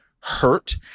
hurt